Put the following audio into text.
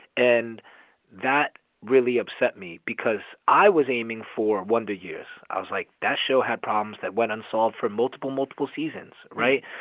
and that really upset me because i was aiming for wonder years. i was like, that show had problems that went unsolved for multiple, multiple seasons, right?